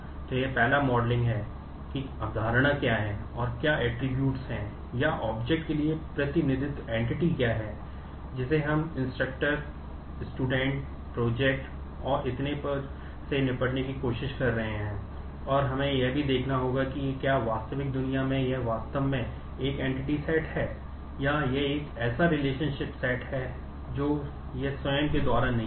तो यह पहला मॉडलिंग बन जाता है